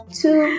two